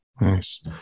nice